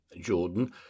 Jordan